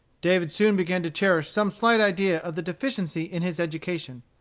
david soon began to cherish some slight idea of the deficiency in his education.